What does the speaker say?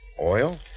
Oil